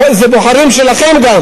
זה גם בוחרים שלכם.